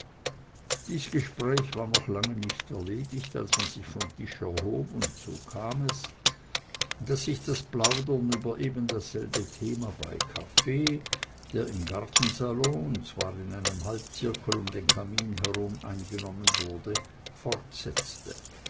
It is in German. dies gespräch war noch lange nicht erledigt als man sich von tisch erhob und so kam es daß sich das plaudern über eben dasselbe thema beim kaffee der im gartensalon und zwar in einem halbzirkel um den kamin herum eingenommen wurde fortsetzte